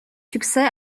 succès